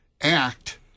act